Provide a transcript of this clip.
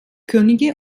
könige